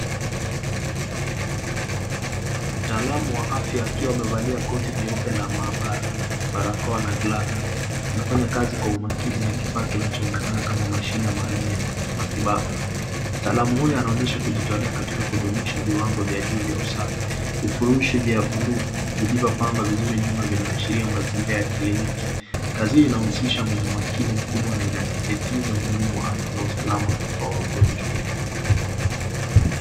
Mtaalamu wa afya akiwa amevalia koti jeupe la maabara, barakoa na glavu. Anafanya kazi kwa umakini na kifaa kinachoonekana kama mashine maalum ya matibabu. Mtaalamu huyu anaonyesha kujitolea katika kudumisha viwango vya juu vya usafi. Vifurushi vya blue vilivyopangwa vizuri nyuma vinaashiria mazingira ya kliniki. Kazi hiyo inahusisha umakini mkubwa na inasisitiza umuhimu wa afya na usalama wa wagonjwa.